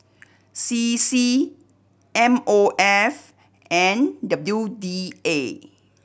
C C M O F and W D A